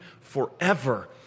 forever